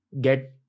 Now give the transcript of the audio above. get